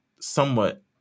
somewhat